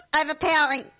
Overpowering